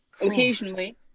Occasionally